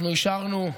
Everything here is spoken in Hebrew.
אנחנו אישרנו,